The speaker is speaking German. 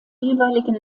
jeweiligen